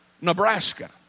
Nebraska